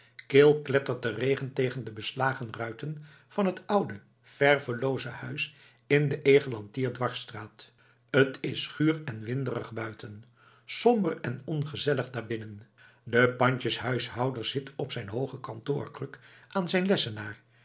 kil klettert de regen tegen de beslagen ruiten van het oude vervelooze huis in de egelantiersdwarsstraat t is guur en winderig buiten somber en ongezellig daarbinnen de pandjeshuishouder zit op zijn hooge kantoorkruk aan zijn lessenaar